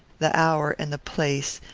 the hour, and the place,